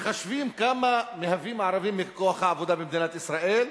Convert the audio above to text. מחשבים כמה הערבים הם בכוח העבודה במדינת ישראל,